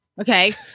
Okay